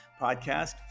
podcast